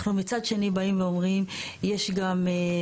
אנחנו מצד שני באים ואומרים יש גם,